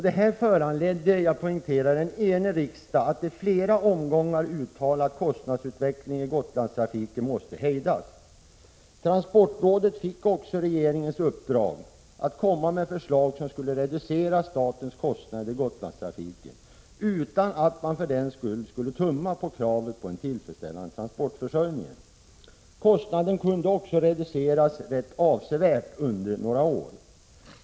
Detta föranledde en enig riksdag att i flera omgångar uttala att kostnadsutvecklingen för Gotlandstrafiken måste hejdas. Transportrådet fick också regeringens uppdrag att komma med förslag som skulle reducera statens kostnader för Gotlandstrafiken utan att för den skull tumma på kravet på en tillfredsstäl — Prot. 1986/87:18 lande transportförsörjning. Kostnaden kunde också reduceras rätt avsevärt 4 november 1986 under några år.